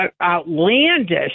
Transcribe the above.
outlandish